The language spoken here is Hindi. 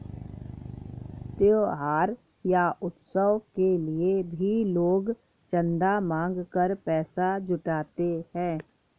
त्योहार या उत्सव के लिए भी लोग चंदा मांग कर पैसा जुटाते हैं